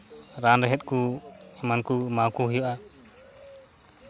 ᱨᱟᱱ ᱨᱮᱦᱮᱫ ᱠᱚ ᱮᱢᱟᱱ ᱠᱚ ᱮᱢᱟᱣᱟᱠᱚ ᱦᱩᱭᱩᱜᱼᱟ